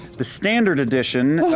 the standard edition,